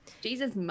Jesus